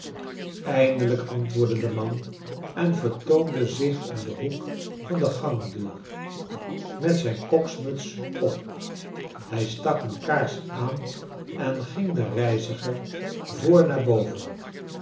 eindelijk antwoordde de man en vertoonde zich om den hoek van de gangdeur met zijn koksmuts op hij stak een kaars aan en ging den reiziger voor naar boven